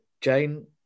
Jane